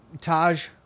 Taj